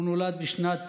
הוא נולד בשנת